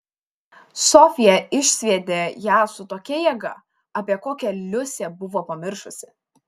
sofija išsviedė ją su tokia jėga apie kokią liusė buvo pamiršusi